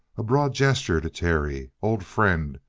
a broad gesture to terry. old friend.